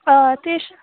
آ تی چھِ